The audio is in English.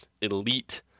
elite